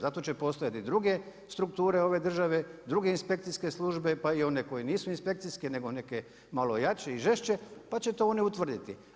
Zato će postojati druge strukture ove države druge inspekcijske službe, pa i one koje nisu inspekcijske nego neke malo jače i žešće, pa će to one utvrditi.